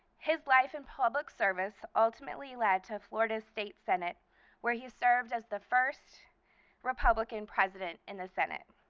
his life in public service ultimately led to florida state senate where he served as the first republican president in the senate.